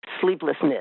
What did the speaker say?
sleeplessness